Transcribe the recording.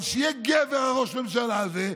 אבל שיהיה גבר ראש הממשלה הזה,